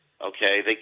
Okay